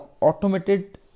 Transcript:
automated